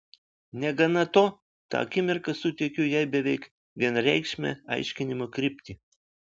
negana to tą akimirką suteikiu jai beveik vienareikšmę aiškinimo kryptį